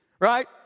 Right